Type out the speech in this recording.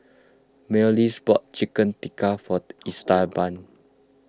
Myles bought Chicken Tikka for Esteban